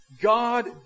God